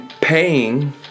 paying